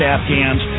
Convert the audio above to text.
Afghans